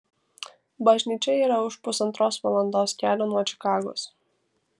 bažnyčia yra už pusantros valandos kelio nuo čikagos